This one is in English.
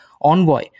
Envoy